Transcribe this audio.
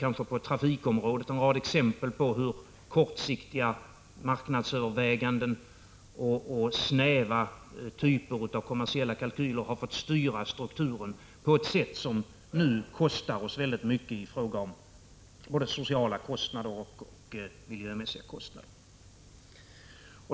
1985/86:124 på hur kortsiktiga marknadsöverväganden och snäva kommersiella kalkyler 23 april 1986 har fått styra strukturen på ett sätt som nu kostar oss väldigt mycket, i form av både sociala kostnader och miljömässiga kostnader.